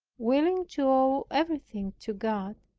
willing to owe everything to god,